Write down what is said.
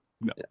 no